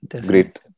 great